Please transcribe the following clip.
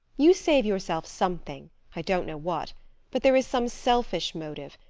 you save yourself something i don't know what but there is some selfish motive,